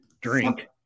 drink